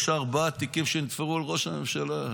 יש ארבעה תיקים שנתפרו על ראש הממשלה.